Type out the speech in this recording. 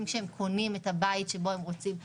כשהם קונים את הבית שבו הם רוצים להתיישב.